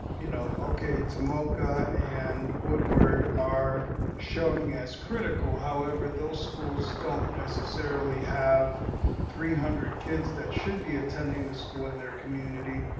you know, okay, tomoka and woodward are showing as critical. however, those schools don't necessarily have three hundred kids that should be attending a school in their community.